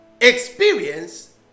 experience